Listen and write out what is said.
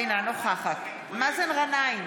אינה נוכחת מאזן גנאים,